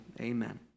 Amen